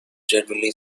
generally